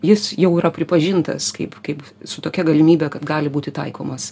jis jau yra pripažintas kaip kaip su tokia galimybe kad gali būti taikomas